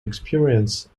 experience